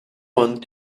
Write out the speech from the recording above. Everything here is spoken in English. want